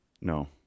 No